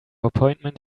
appointment